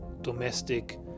domestic